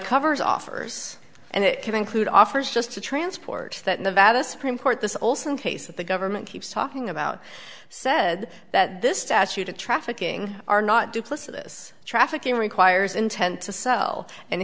covers offers and it can include offers just to transport that nevada supreme court the olson case that the government keeps talking about said that this statute of trafficking are not duplicitous trafficking requires intent to sell and